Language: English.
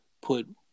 put